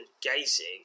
gazing